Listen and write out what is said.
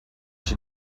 she